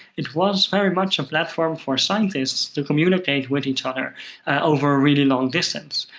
it was very much a platform for scientists to communicate with each other over a really long distance.